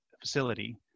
facility